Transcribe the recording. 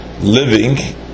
living